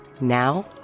Now